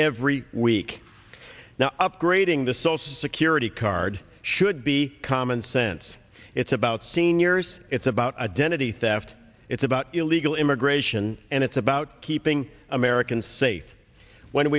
every week now upgrading the social security card should be common sense it's about seniors it's about identity theft it's about illegal immigration and it's about keeping americans safe when